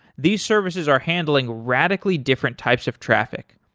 these services are handling radically different types of traffic,